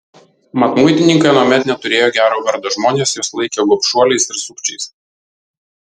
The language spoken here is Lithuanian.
mat muitininkai anuomet neturėjo gero vardo žmonės juos laikė gobšuoliais ir sukčiais